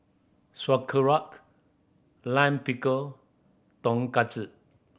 Sauerkraut Lime Pickle Tonkatsu